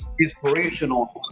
inspirational